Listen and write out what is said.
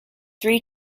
three